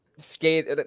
skate